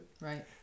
Right